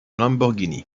lamborghini